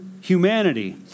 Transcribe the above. humanity